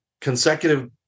consecutive